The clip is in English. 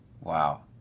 Wow